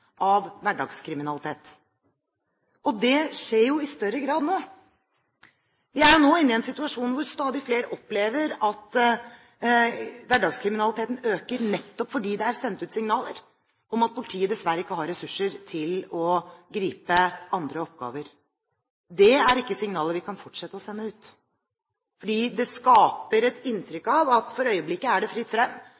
av hverdagskriminalitet. Det skjer jo i større grad nå. Vi er nå i en situasjon hvor stadig flere opplever at hverdagskriminaliteten øker, nettopp fordi det er sendt ut signaler om at politiet dessverre ikke har ressurser til å gripe andre oppgaver. Det er ikke signaler vi kan fortsette med å sende ut, fordi det skaper et inntrykk